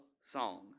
song